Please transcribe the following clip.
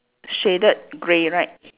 shaded grey right